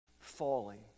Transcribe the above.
falling